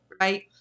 right